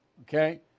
okay